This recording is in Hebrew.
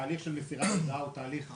התהליך של מסירת הודעה הוא תהליך ארוך,